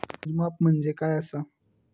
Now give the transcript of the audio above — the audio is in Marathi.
मोजमाप म्हणजे काय असा?